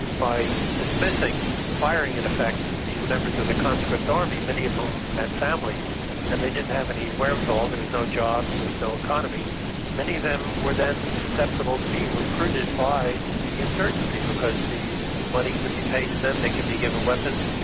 by dismissing firing, in effect these members of the conscript army, many of whom had families and they didn't have any wherewithal there was no jobs, there was no economy many of them were then susceptible to being recruited by the insurgency, because money could be paid to them, they could be given weapons.